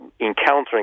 encountering